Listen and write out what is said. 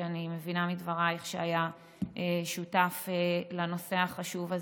שאני מבינה מדברייך שהיה שותף לנושא החשוב הזה.